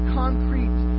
concrete